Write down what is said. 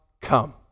come